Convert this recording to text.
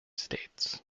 states